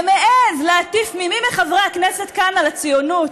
ומעז להטיף למי מחברי הכנסת כאן על הציונות.